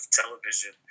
television